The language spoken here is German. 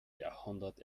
jahrhundert